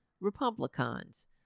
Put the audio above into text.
Republicans